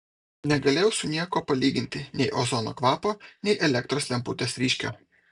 negalėjau su niekuo palyginti nei ozono kvapo nei elektros lemputės ryškio